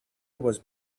was